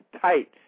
tight